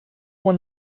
one